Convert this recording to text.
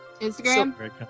Instagram